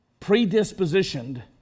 predispositioned